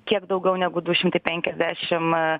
kiek daugiau negu du šimtai penkiasdešim